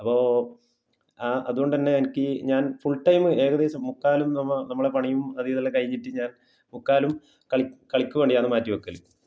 അപ്പോൾ ആ അതുകൊണ്ട് തന്നെ എനിക്ക് ഞാൻ ഫുൾടൈമ് ഏകദേശം മുക്കാലും നമ്മ നമ്മളെ പണിയും അതും ഇതെല്ലാം കഴിഞ്ഞിട്ട് ഞാൻ ഞാൻ മുക്കാലും കളിക്കു വേണ്ടിയാണ് മാറ്റി വയ്ക്കൽ